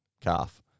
calf